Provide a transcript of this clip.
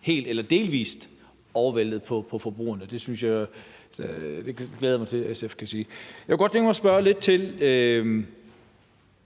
helt eller delvis bliver overvæltet på forbrugerne. Det glæder jeg mig til at SF kan komme med. Jeg kunne godt tænke mig at spørge lidt til